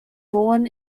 born